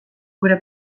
gure